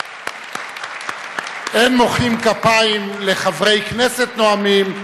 כפיים) אין מוחאים כפיים לחברי כנסת נואמים,